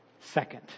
second